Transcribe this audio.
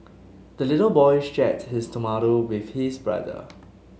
the little boy shared his tomato with his brother